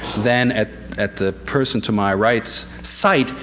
then at at the person to my right's site,